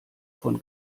von